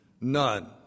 None